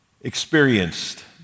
experienced